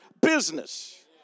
business